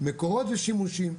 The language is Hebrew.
מקורות ושימושים.